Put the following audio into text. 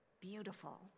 beautiful